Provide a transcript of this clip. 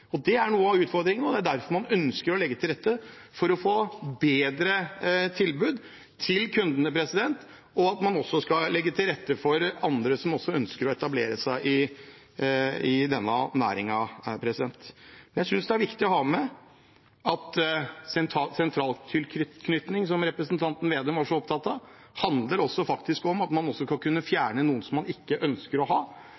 ha. Det er noe av utfordringen. Det er derfor man ønsker å legge til rette for å få et bedre tilbud til kundene, og for at de som ønsker det, kan få etablere seg i denne næringen. Jeg synes det er viktig å ha med at sentraltilknytning, som representanten Vedum var så opptatt av, også handler om at man skal kunne